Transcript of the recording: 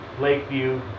Lakeview